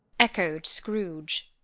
echoed scrooge.